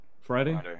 Friday